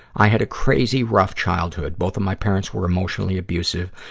i had a crazy, rough childhood. both of my parents were emotionally abusive.